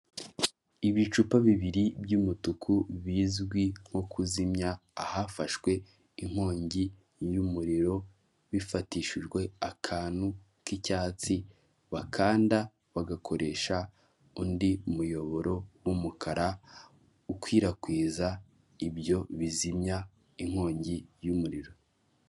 Ibicupa bibiri by'umutuku bizwi nko kuzimya ahafashwe inkongi y'umuriro, bifatishijwe akantu k'icyatsi bakanda bagakoresha undi muyoboro w'umukara ukwirakwiza ibyo bizimya inkongi y'umuriro.